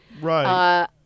right